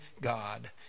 God